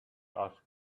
asked